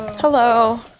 Hello